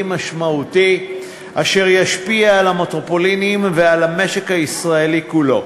משמעותי אשר ישפיע על המטרופולינים ועל המשק הישראלי כולו.